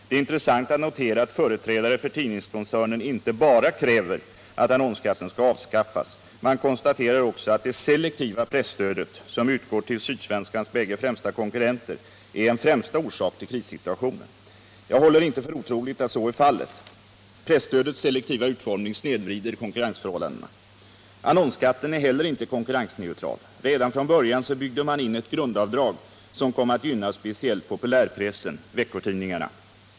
Det är intressant att notera att företrädare för tidningskoncernen inte bara kräver att annonsskatten skall avskaffas Nr 12 utan också konstaterar att det selektiva presstödet, som utgår till Sydsvenska Dagbladets båda främsta konkurrenter, är en av de viktigaste orsakerna till krissituationen. Jag håller inte för otroligt att så är fallet. Presstödets selektiva utformning snedvrider konkurrensförhållandena. Om slopande av Annonsskatten är heller inte konkurrensneutral. Redan från början mervärdeskatten på byggde man in ett grundavdrag, som kom att gynna speciellt populär = livsmedel pressen, alltså veckotidningarna.